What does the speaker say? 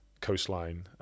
coastline